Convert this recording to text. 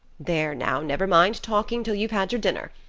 there now, never mind talking till you've had your dinner.